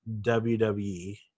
WWE